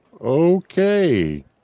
Okay